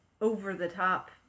over-the-top